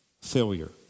failure